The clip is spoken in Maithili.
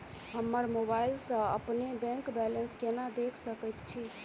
हम मोबाइल सा अपने बैंक बैलेंस केना देख सकैत छी?